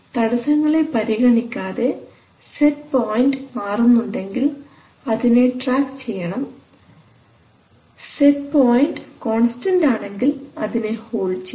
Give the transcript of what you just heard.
തടസ്സങ്ങളെ പരിഗണിക്കാതെ set point മാറുന്നുണ്ടെങ്കിൽ അതിനെ ട്രാക്ക് ചെയ്യണം സെറ്റ് പോയിൻറ് കോൺസ്റ്റൻറ് ആണെങ്കിൽ അതിനെ ഹോൾഡ് ചെയ്യണം